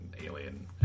alien